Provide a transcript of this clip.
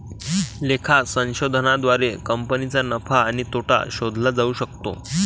लेखा संशोधनाद्वारे कंपनीचा नफा आणि तोटा शोधला जाऊ शकतो